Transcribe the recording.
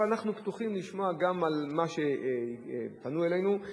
ואנחנו פתוחים לשמוע גם על מה שפנו אלינו.